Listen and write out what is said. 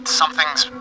something's